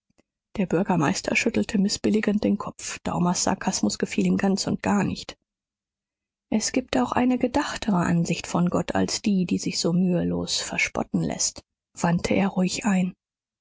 der bürgermeister schüttelte mißbilligend den kopf daumers sarkasmus gefiel ihm ganz und gar nicht es gibt auch eine gedachtere ansicht von gott als die die sich so mühelos verspotten läßt wandte er ruhig ein